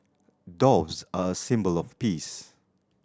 doves are a symbol of peace